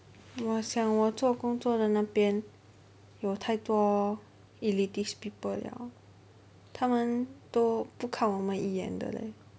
我想我做工做的那边有太多 elitist people liao 他们都不看我们一眼的 leh